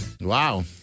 Wow